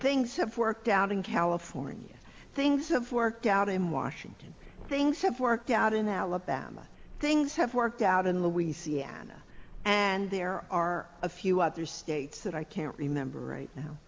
things have worked out in california things have worked out in washington things have worked out in alabama things have worked out in the wee seattle and there are a few other states that i can't remember right now